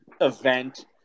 event